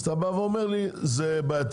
אז אתה בא ואומר לי שזה בעייתי.